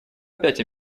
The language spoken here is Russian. опять